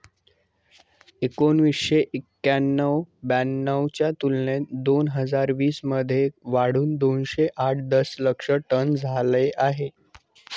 एकोणीसशे एक्क्याण्णव ब्याण्णव च्या तुलनेत दोन हजार वीस एकवीस मध्ये वाढून दोनशे आठ दशलक्ष टन झाले आहे